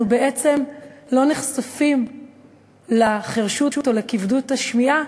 אנחנו בעצם לא נחשפים לחירשות או לכבדות השמיעה